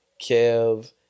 Kev